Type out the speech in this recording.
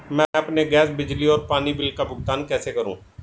मैं अपने गैस, बिजली और पानी बिल का भुगतान कैसे करूँ?